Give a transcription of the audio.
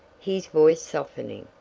his voice softening,